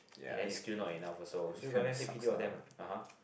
and then is still not enough also so you gonna take pity of them ah (uh huh)